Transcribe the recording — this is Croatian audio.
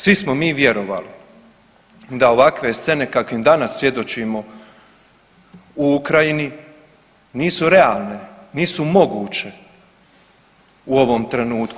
Svi smo mi vjerovali da ovakve scene kakvim danas svjedočimo u Ukrajini nisu realne, nisu moguće u ovom trenutku.